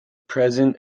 present